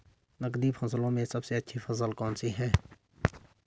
नकदी फसलों में सबसे अच्छी फसल कौन सी है?